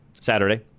Saturday